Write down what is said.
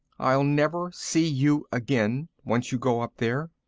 i'll never see you again, once you go up there.